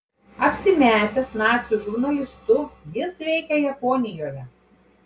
apsimetęs nacių žurnalistu jis veikė japonijoje